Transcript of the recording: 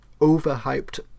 overhyped